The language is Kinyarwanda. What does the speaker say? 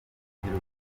kugira